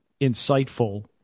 insightful